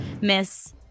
miss